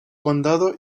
condado